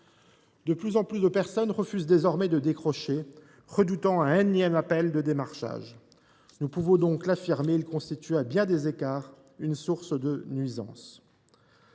De plus en plus de personnes refusent désormais de décrocher, redoutant un énième appel de démarchage. Nous pouvons donc l’affirmer, ce phénomène constitue, à bien des égards, une source de nuisances.